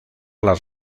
las